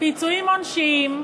פיצויים עונשיים,